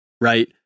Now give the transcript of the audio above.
right